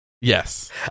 Yes